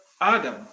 Adam